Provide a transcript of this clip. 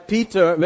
Peter